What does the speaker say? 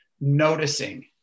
noticing